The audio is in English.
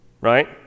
right